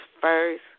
first